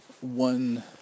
One